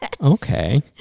Okay